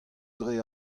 dre